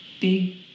big